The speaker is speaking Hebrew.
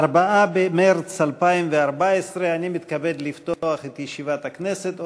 4 במרס 2014. אני מתכבד לפתוח את ישיבת הכנסת.